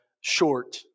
short